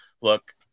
look